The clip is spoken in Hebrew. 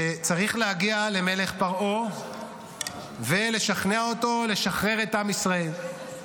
שצריך להגיע למלך פרעה ולשכנע אותו לשחרר את עם ישראל.